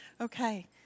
Okay